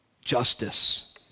justice